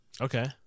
Okay